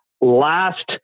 last